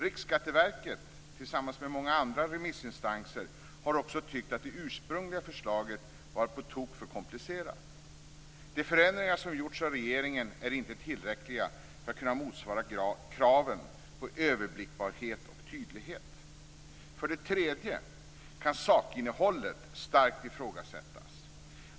Riksskatteverket har tillsammans med många andra remissinstanser tyckt att det ursprungliga förslaget var på tok för komplicerat. De förändringar som gjorts av regeringen är inte tillräckliga för att det skall anses motsvara kraven på överblickbarhet och tydlighet. För det tredje kan sakinnehållet starkt ifrågasättas.